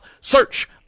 Search